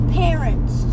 parents